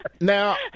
Now